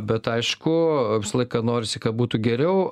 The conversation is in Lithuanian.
bet aišku visą laiką norisi kad būtų geriau